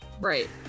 Right